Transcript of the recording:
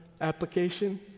application